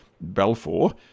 Balfour